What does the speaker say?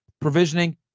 provisioning